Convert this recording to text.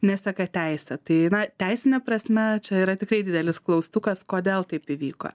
neseka teisė tai na teisine prasme čia yra tikrai didelis klaustukas kodėl taip įvyko